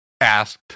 asked